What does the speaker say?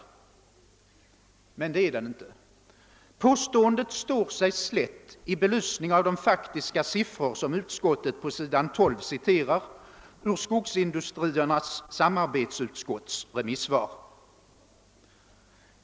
Men det är den inte. Påståendet står sig slätt i belysning av de faktiska siffror som utskottet återger på s. 12 i utskottsutlåtandet och som är hämtade ur Skogsindustriernas <:samarbetsutskotts remissvar.